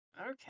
Okay